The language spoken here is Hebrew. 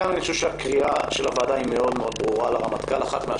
הקריאה של הוועדה לרמטכ"ל ברורה מאוד.